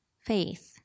faith